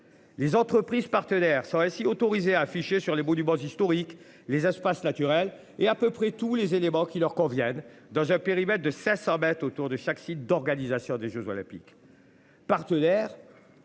Les entreprises partenaires sont ainsi autorisés à afficher sur les bout du historique les espaces naturels et à peu près tous les éléments qui leur conviennent dans un périmètre de 500 mètres autour de chaque site d'organisation des Jeux olympiques. Partenaires.